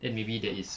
then maybe there is